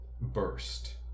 burst